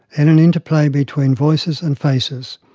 in an interplay between voices and faces.